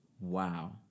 Wow